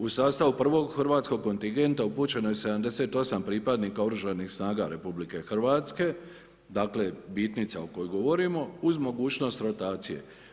U sastavu prvog hrvatskog kontingenta upućeno je 78 pripadnika oružanih snaga RH, dakle bitnica o kojoj govorimo uz mogućnost rotacije.